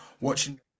watching